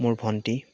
মোৰ ভন্টি